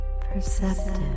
Perceptive